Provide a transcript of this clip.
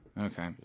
Okay